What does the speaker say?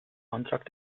antrag